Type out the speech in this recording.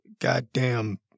goddamn